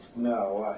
no,